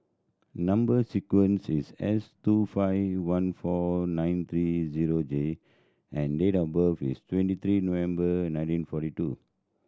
number sequence is S two five one four nine three zero J and date of birth is twenty three November nineteen forty two